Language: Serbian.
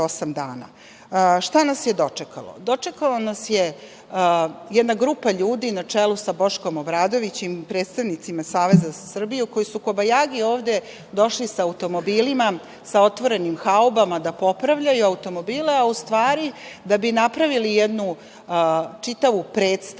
nas je dočekalo? Dočekalo nas je, jedna grupa ljudi na čelu sa Boškom Obradovićem i predstavnicima Saveza za Srbiju koji su kobajagi ovde došli sa automobilima, sa otvorenim haubama da popravljaju automobile, a u stvari da bi napravili jednu čitavu predstavu